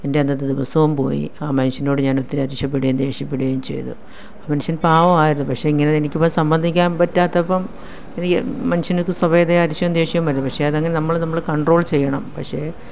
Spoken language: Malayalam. എൻ്റെ അന്നത്തെ ദിവസവും പോയി ആ മനുഷ്യനോട് ഞാൻ ഒത്തിരി അരിശപ്പെടുകയും ദേഷ്യപ്പെടുകയും ചെയ്തു ആ മനുഷ്യൻ പാവമായിരുന്നു പക്ഷെ ഇങ്ങനെ എനിക്കിപ്പോള് സംബന്ധിക്കാൻ പറ്റാത്തപ്പോള് എനിക്ക് മനുഷ്യന് സ്വമേധയാ അരിശവും ദേഷ്യം വരും പക്ഷേ അത് അങ്ങനെ നമ്മള് നമ്മള് കണ്ട്രോൾ ചെയ്യണം പക്ഷേ